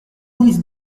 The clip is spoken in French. dix